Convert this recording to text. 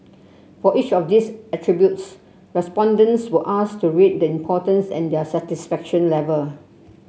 for each of these attributes respondents were asked to rate the importance and their satisfaction level